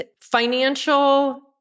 financial